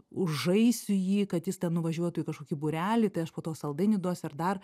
užžaisiu jį kad jis ten nuvažiuotų į kažkokį būrelį tai aš po to saldainių duosiu ir dar